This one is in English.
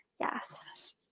yes